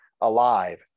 alive